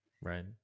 Right